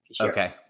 okay